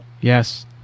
Yes